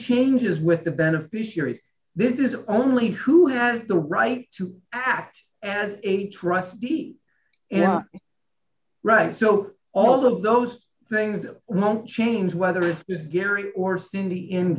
changes with the beneficiaries this is the only who has the right to act as a trustee right so all of those things won't change whether it's gary or cindy in